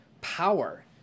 power